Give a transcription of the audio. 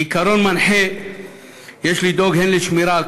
כעיקרון מנחה יש לדאוג הן לשמירה על